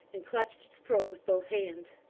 and clutched its throat with both hands.